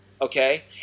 Okay